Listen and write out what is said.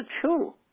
true